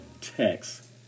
text